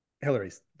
Hillary's